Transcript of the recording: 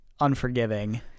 unforgiving